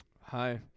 Hi